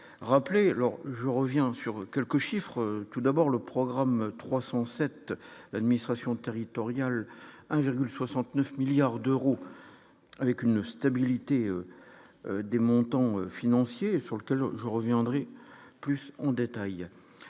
rappelé, alors je reviens sur quelques chiffres tout d'abord le programme 307 l'administration territoriale 1,69 milliard d'euros avec une stabilité des montants financiers et sur lequel je reviendrai plus on détaille